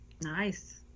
Nice